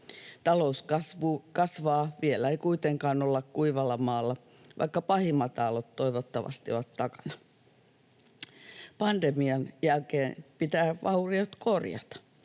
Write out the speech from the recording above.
Talous kasvaa. Vielä ei kuitenkaan olla kuivalla maalla, vaikka pahimmat aallot toivottavasti ovat takana. Pandemian jälkeen pitää vauriot korjata.